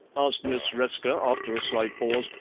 asked miss resker, after a slight pause,